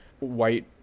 white